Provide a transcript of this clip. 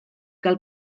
gael